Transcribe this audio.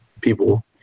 people